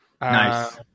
Nice